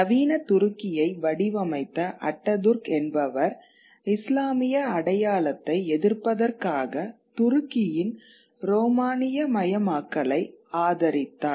நவீன துருக்கியை வடிவமைத்த அட்டதுர்க் என்பவர் இஸ்லாமிய அடையாளத்தை எதிர்ப்பதற்காக துருக்கியின் ரோமானியமயமாக்கலை ஆதரித்தார்